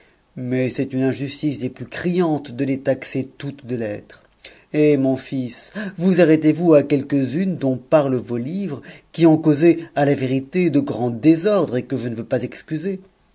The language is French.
mais c'est une injustice des plus criantes de les taxer toutes de l'être hé mon fils vousarrêtez vous à quelques-unes dont parlent vos livres qui ont causé a la vérité de grands désordres et que je ne veux pas excuser